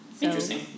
Interesting